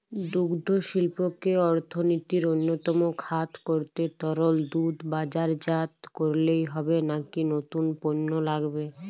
দুগ্ধশিল্পকে অর্থনীতির অন্যতম খাত করতে তরল দুধ বাজারজাত করলেই হবে নাকি নতুন পণ্য লাগবে?